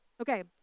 Okay